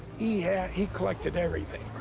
he had he collected everything.